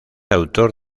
autor